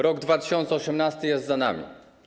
Rok 2018 jest za nami.